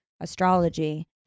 astrology